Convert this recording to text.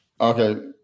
Okay